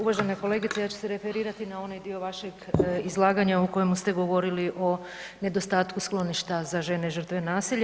Uvažena kolegice ja ću se referirati na onaj dio vašeg izlaganja u kojemu ste govorili o nedostatku skloništa za žene žrtve nasilja.